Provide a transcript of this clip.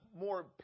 more